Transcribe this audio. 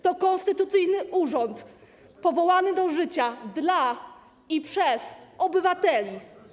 To konstytucyjny urząd powołany do życia dla i przez obywateli.